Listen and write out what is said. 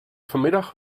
vanmiddag